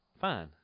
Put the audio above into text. fine